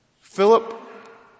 Philip